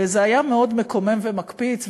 וזה היה מאוד מקומם ומקפיץ,